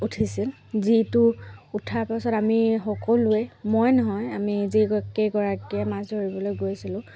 উঠিছিল যিটো উঠাৰ পাছত আমি সকলোৱে মই নহয় আমি যিকেইগৰাকীয়ে মাছ ধৰিবলৈ গৈছিলোঁ